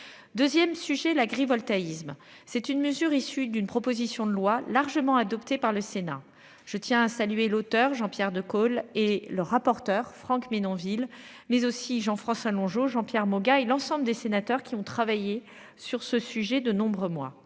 2ème. Sujet l'agrivoltaïsme. C'est une mesure issue d'une proposition de loi largement adoptés par le Sénat. Je tiens à saluer l'auteur Jean-Pierre de colle et le rapporteur Franck mine en ville mais aussi Jean-François Longeot Jean-Pierre Moga et l'ensemble des sénateurs qui ont travaillé sur ce sujet de nombreux mois.